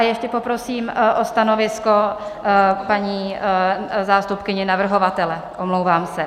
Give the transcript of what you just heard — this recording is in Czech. Ještě poprosím o stanovisko paní zástupkyni navrhovatele, omlouvám se.